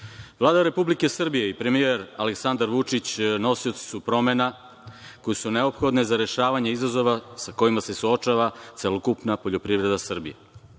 Republike Srbije i premijer Aleksandar Vučić nosioci su promena koje su neophodne za rešavanje izazova sa kojima se suočava celokupna poljoprivreda Srbije.